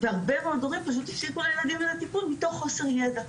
והרבה מאוד הורים פשוט הפסיקו לילדים את הטיפול מתוך חוסר ידע,